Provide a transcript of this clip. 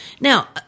Now